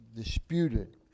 disputed